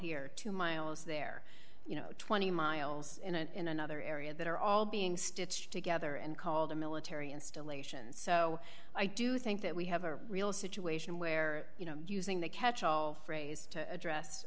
here two miles there you know twenty miles in and in another area that are all being stitched together and called a military installation so i do think that we have a real situation where you know using the catch all phrase to address